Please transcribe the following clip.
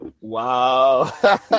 wow